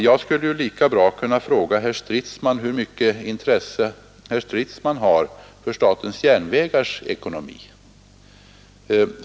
Jag skulle lika bra kunna fråga herr Stridsman hur mycket intresse han har för statens järnvägars ekonomi.